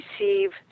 receive